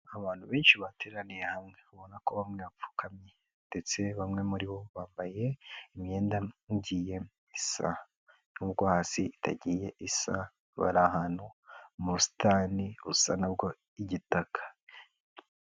Abantu benshi bateraniye hamwe ubona ko bamwe bapfukamye ndetse bamwe muri bo bambaye imyenda ngiye isa n'ubwo hasi itagiye isa bari ahantu mu busitani busa nabwo igitaka.